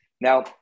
Now